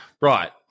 right